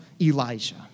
Elijah